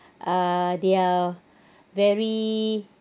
uh they are very